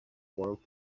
warmth